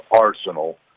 arsenal